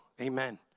Amen